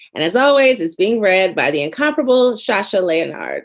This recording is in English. and as always, is being read by the incomparable shasha leonhard